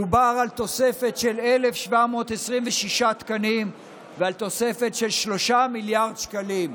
דובר על תוספת של 1,726 תקנים ועל תוספת של 3 מיליארד שקלים.